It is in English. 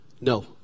No